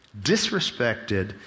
disrespected